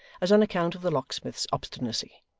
as on account of the locksmith's obstinacy.